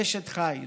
אשת חיל